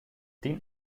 den